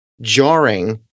jarring